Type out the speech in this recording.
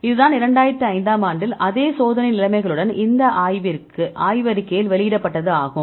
இதுதான் 2005 ஆம் ஆண்டில் அதே சோதனை நிலைமைகளுடன் இந்த ஆய்வறிக்கையில் வெளியிடப்பட்டது ஆகும்